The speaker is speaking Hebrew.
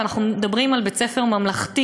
ואנחנו מדברים על בית-ספר ממלכתי,